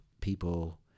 people